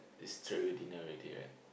is straightaway dinner already right